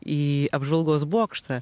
į apžvalgos bokštą